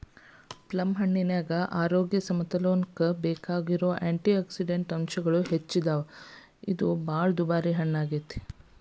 ಪ್ಲಮ್ಹಣ್ಣಿನ್ಯಾಗ ಆರೋಗ್ಯ ಸಮತೋಲನಕ್ಕ ಬೇಕಾಗಿರೋ ಆ್ಯಂಟಿಯಾಕ್ಸಿಡಂಟ್ ಅಂಶಗಳು ಹೆಚ್ಚದಾವ, ಇದು ಬಾಳ ದುಬಾರಿ ಹಣ್ಣಾಗೇತಿ